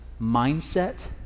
mindset